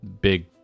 Big